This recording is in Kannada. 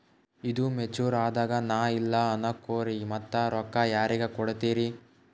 ಈದು ಮೆಚುರ್ ಅದಾಗ ನಾ ಇಲ್ಲ ಅನಕೊರಿ ಮತ್ತ ರೊಕ್ಕ ಯಾರಿಗ ಕೊಡತಿರಿ?